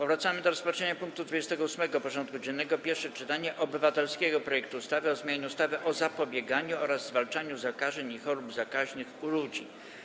Powracamy do rozpatrzenia punktu 28. porządku dziennego: Pierwsze czytanie obywatelskiego projektu ustawy o zmianie ustawy o zapobieganiu oraz zwalczaniu zakażeń i chorób zakaźnych u ludzi.